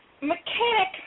mechanic